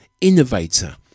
innovator